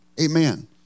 Amen